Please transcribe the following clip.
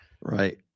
right